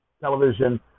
television